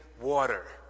water